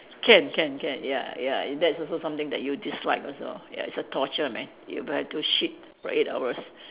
can can can ya ya if that's also something that you dislike also ya it's a torture man you have to shit for eight hours